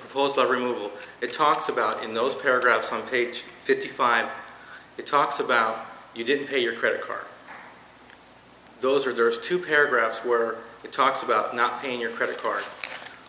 proposed removal it talks about in those paragraphs on page fifty five it talks about you didn't pay your credit card those are those two paragraphs where it talks about not paying your credit card